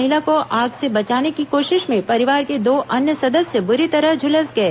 महिला को आग से बचाने की कोशिश में परिवार के दो अन्य सदस्य बुरी तरह झूलस गए